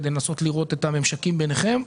כדי לנסות לראות את הממשקים ביניכם.